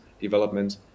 development